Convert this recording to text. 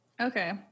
Okay